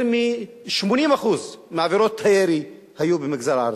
יותר מ-80% מעבירות הירי היו במגזר הערבי,